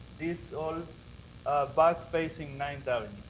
this all backs facing ninth avenue.